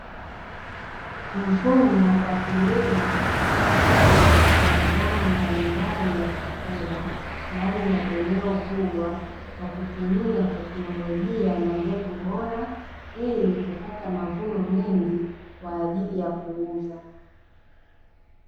Mfumo wa kilimo cha kisasa cha mazao mbalimbali ya chakula, ndani ya eneo kubwa kwa kutumia teknolojia na mbegu bora, ili kupata mavuno mengi, kwa ajili ya kuuza.